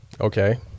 Okay